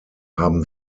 haben